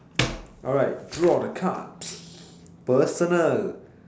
alright draw the cards personal